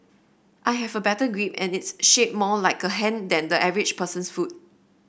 I have a better grip and it's shaped more like a hand than the average person's foot